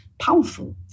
powerful